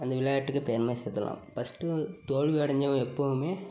அந்த விளையாட்டுக்கு பெருமை சேர்த்துர்லாம் பர்ஸ்ட்டு தோல்வி அடைஞ்சவன் எப்போவுமே